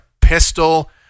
pistol